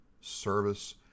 service